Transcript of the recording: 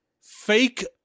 fake